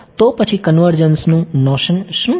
તો પછી કન્વર્જન્સનું નોશન શું છે